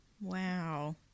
Wow